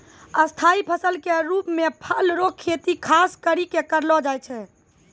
स्थाई फसल के रुप मे फल रो खेती खास करि कै करलो जाय छै